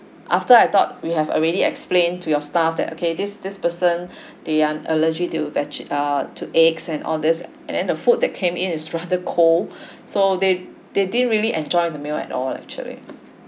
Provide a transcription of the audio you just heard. after I thought we have already explained to your staff that okay this this person the and allergy to vege~ uh to eggs and all this and then the food that came in is rather cold so they they didn't really enjoy the meal at all actually